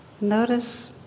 Notice